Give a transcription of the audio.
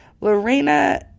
Lorena